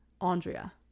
Andrea